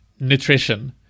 nutrition